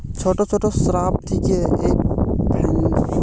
ছোট ছোট শ্রাব থিকে এই ফ্রাঙ্গিপানি ফুল গুলা হচ্ছে